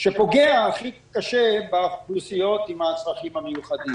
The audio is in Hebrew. שפוגע הכי קשה באוכלוסיות עם הצרכים המיוחדים.